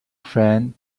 friend